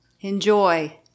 enjoy